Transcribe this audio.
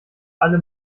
alle